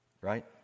right